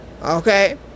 okay